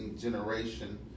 generation